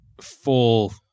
full